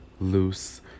loose